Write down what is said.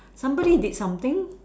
somebody did something